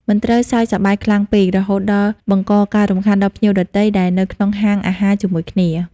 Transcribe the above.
មិនត្រូវសើចសប្បាយខ្លាំងពេក រហូតដល់បង្កការរំខានដល់ភ្ញៀវដទៃដែលនៅក្នុងហាងអាហារជាមួយគ្នា។